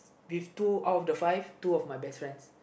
with two out of the five two of my best friends